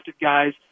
guys